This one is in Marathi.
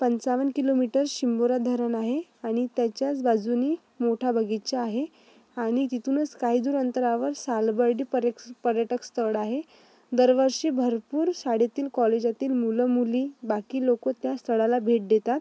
पंचावन्न किलोमीटर शिंबोरा धरण आहे आणि त्याच्याच बाजूनी मोठा बगीचा आहे आणि तिथूनच काही दूर अंतरावर सालबर्डी पर्यक्स पर्यटकस्थळ आहे दरवर्षी भरपूर शाळेतील कॉलेजातील मुलंमुली बाकी लोक त्या स्थळाला भेट देतात